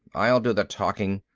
i'll do the talking.